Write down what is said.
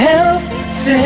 Health